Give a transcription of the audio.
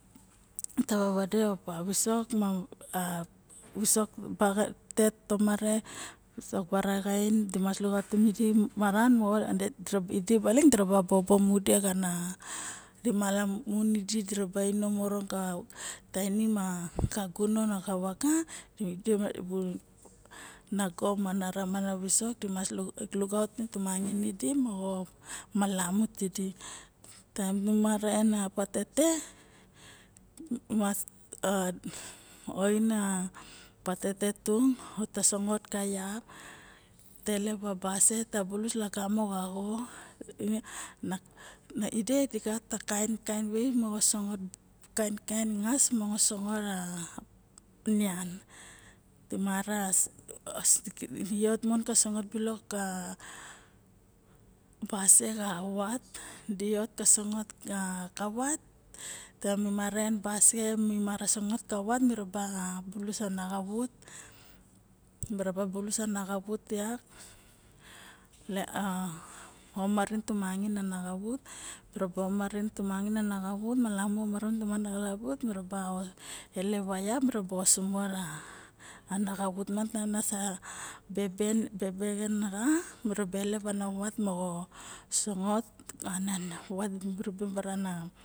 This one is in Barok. Taba vade op visok tomare mamvisok baraxain di ma lukautim idi maran mo idi balin dira bobo mu de xana dimalamun idi diraba inom orong kana tainim ka gunon maxa vaga ma nago mana ramona visok lukautim tomangain idi mo mala mu tidi taem nu mara ena patete xava oing a patete tung tasangot ka vak ta elep a basie ta bulu lagamo xa xo ne ma ide di gat kain way moxo sang a nian di vot mon ka sangot ka basie xa vat vot ka sangot ka vat taem nu mara basie xa vat mira ba bulus a na vut vak mira ba omarin tomangain ana xavuut malamu miraba elep a vap mi raba osimot ana xavut miang taba bebengen raba elep ana vat moxo songot miraba elep oxa.